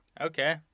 Okay